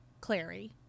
Clary